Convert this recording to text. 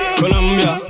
Colombia